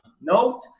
note